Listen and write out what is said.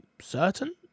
Certain